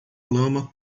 lama